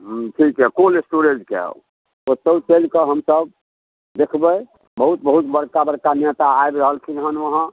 हूँ ठीक छै कोन रेस्टोरेन्ट छै आओर ओत्तउ चलिकऽ हमसब देखबै बहुत बहुत बड़का बड़का नेता आबि रहल खिन हन वहाँ